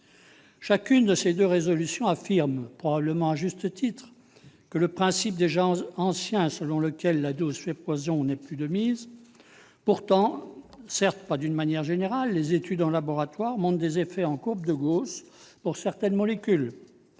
chacune de ces deux résolutions affirment, probablement à juste titre, que le principe déjà ancien selon lequel « la dose fait poison » n'est plus de mise. Pourtant, les études en laboratoire montrent des effets en courbe de Gauss pour certaines molécules,